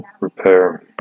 repair